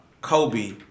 Kobe